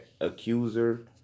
accuser